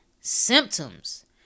symptoms